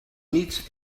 niet